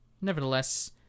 nevertheless